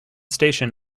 station